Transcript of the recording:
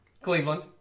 Cleveland